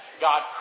God